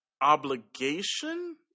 obligation